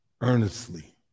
earnestly